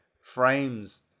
frames